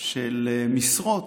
של משרות